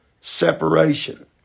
separation